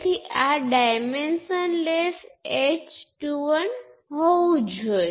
આપણે જોઈએ છીએ કે V1 એ બે ક્વોન્ટિટિ હોવા જોઈએ